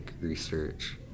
research